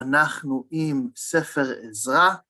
‫אנחנו עם ספר עזרא.